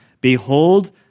behold